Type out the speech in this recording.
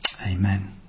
Amen